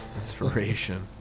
inspiration